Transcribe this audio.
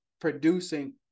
producing